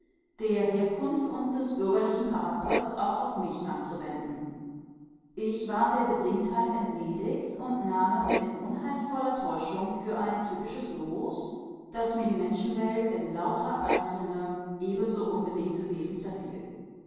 der herkunft und des bürgerlichen charakters auch auf mich anzuwenden ich war der bedingtheit entledigt und nahm es in unheilvoller täuschung für ein typisches los so daß mir die menschenwelt in lauter einzelne ebenso unbedingte wesen zerfiel